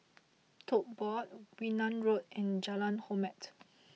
Tote Board Wee Nam Road and Jalan Hormat